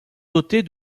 dotée